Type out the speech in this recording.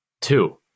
Two